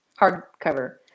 hardcover